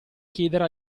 chiedere